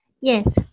Yes